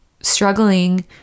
struggling